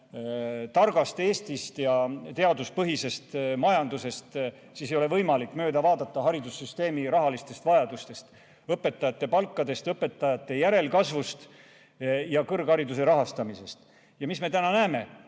targast Eestist ja teaduspõhisest majandusest, siis ei ole võimalik mööda vaadata haridussüsteemi rahavajadusest, õpetajate palkadest, õpetajate järelkasvust ja kõrghariduse rahastamisest. Mis me täna näeme